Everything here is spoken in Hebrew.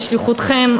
בשליחותכם,